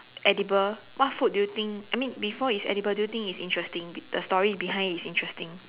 edible what food do you think I mean before it's edible do you think it's interesting be the story behind is interesting